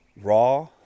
raw